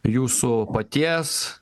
jūsų paties